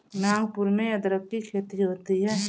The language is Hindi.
नागपुर में अदरक की खेती होती है